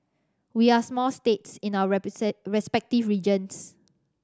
we are small states in our respective regions